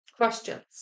Questions